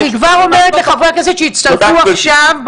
אני כבר אומרת לחברי הכנסת שהצטרפו עכשיו,